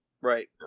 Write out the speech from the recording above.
Right